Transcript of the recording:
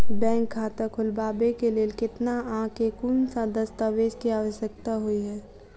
Bank खाता खोलबाबै केँ लेल केतना आ केँ कुन सा दस्तावेज केँ आवश्यकता होइ है?